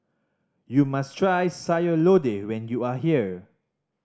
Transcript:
you must try Sayur Lodeh when you are here